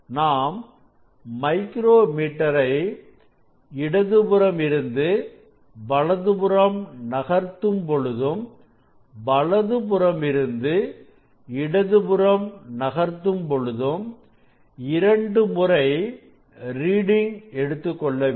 நாம் மைக்ரோ மீட்டரை இடது புறம் இருந்து வலது புறம் நகர்த்தும் பொழுதும் வலதுபுறம் இருந்து இடதுபுறம் நகர்த்தும் பொழுதும் இரண்டு முறை ரீடிங் எடுத்துக்கொள்ள வேண்டும்